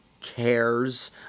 cares